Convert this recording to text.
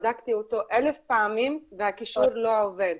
בדקתי אותו אלף פעמים והקישור לא עובד,